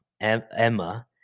Emma